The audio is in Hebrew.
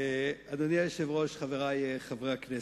אדוני היושב-ראש, חברי חברי הכנסת,